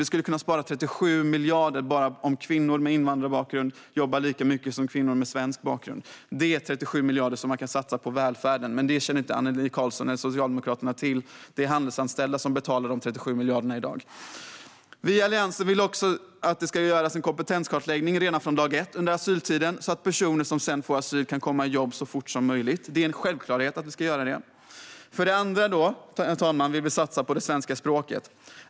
Vi skulle kunna spara 37 miljarder på att kvinnor med invandrarbakgrund jobbar lika mycket som kvinnor med svensk bakgrund. Det är 37 miljarder som man kan satsa på välfärden, men det känner visst inte Annelie Karlsson och Socialdemokraterna till. Det är handelsanställda som betalar dessa 37 miljarder i dag. Vi i Alliansen vill också att det ska göras en kompentenskartläggning redan från dag ett under asyltiden så att personer som sedan får asyl kan komma i jobb så fort som möjligt. Det är en självklarhet att vi ska göra detta. För det andra, herr talman, vill vi satsa på det svenska språket.